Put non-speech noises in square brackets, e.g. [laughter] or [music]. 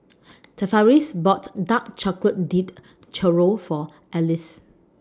[noise] Tavaris bought Dark Chocolate Dipped Churro For Ellis